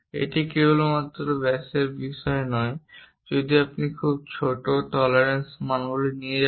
এটি কেবলমাত্র ব্যয়ের বিষয়ে নয় যদি আপনি খুব ছোট টলারেন্সস মানগুলির জন্য যাচ্ছেন